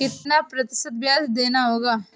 कितना प्रतिशत ब्याज देना होगा?